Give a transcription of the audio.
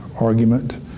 argument